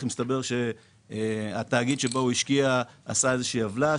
ומסתבר שהתאגיד שבו הוא השקיע עשה איזושהי עוולה,